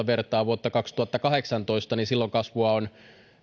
vertaa vuotta kaksituhattakahdeksantoista niin silloin kasvua on